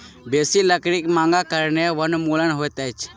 बेसी लकड़ी मांगक कारणें वनोन्मूलन होइत अछि